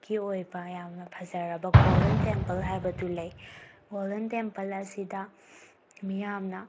ꯒꯤ ꯑꯣꯏꯕ ꯌꯥꯝꯅ ꯐꯖꯔꯕ ꯒꯣꯜꯗꯟ ꯇꯦꯝꯄꯜ ꯍꯥꯏꯕꯗꯨ ꯂꯩ ꯒꯣꯜꯗꯦꯟ ꯇꯦꯝꯄꯜ ꯑꯁꯤꯗ ꯃꯤꯌꯥꯝꯅ